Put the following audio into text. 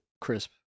crisp